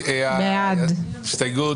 מי נגד?